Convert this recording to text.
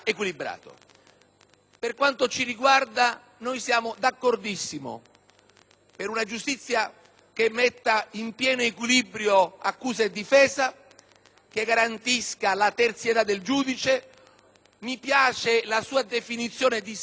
su una giustizia che metta in pieno equilibrio accusa e difesa e che garantisca la terzietà del giudice; mi piace la sua espressione "sacro recinto", quando definisce l'indipendenza e l'autonomia della magistratura.